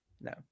no